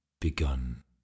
begun